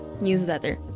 newsletter